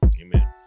Amen